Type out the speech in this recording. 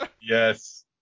Yes